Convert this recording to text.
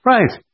Right